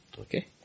Okay